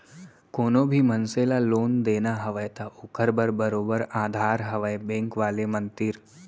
कोनो भी मनसे ल लोन देना हवय त ओखर बर बरोबर अधार हवय बेंक वाले मन तीर